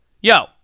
Yo